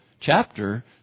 chapter